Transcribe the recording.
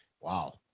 wow